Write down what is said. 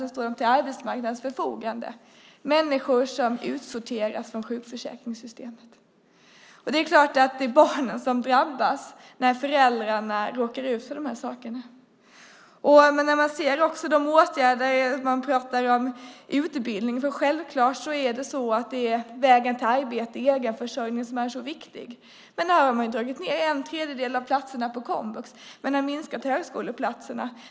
Sedan står de till arbetsmarknadens förfogande, människor som utsorteras från sjukförsäkringssystemet. Det är klart att det är barnen som drabbas när föräldrarna råkar ut för de här sakerna. Man pratar om utbildning. Självklart är det vägen till arbete, egenförsörjning som är så viktig. Men man har dragit ned med en tredjedel av platserna på komvux. Man har minskat antalet högskoleplatser.